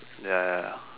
ya ya ya